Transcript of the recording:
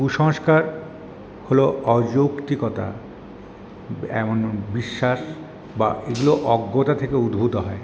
কুসংস্কার হল অযৌক্তিকতা এমন বিশ্বাস বা এগুলো অজ্ঞতা থেকে উদ্ভূত হয়